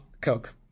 coke